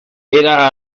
era